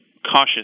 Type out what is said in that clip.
cautious